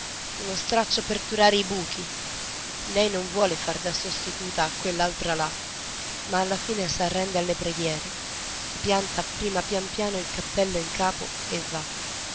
uno straccio per turare i buchi lei non vuol fare da sostituta a quell'altra là ma alla fine s'arrende alle preghiere si pianta prima pian piano il cappello in capo